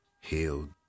healed